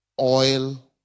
oil